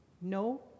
No